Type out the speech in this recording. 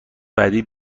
بعدی